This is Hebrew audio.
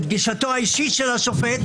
את גישתו האישית של השופט,